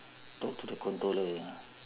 talk to the controller ya